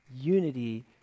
unity